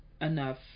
enough